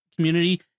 community